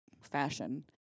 fashion